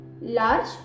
large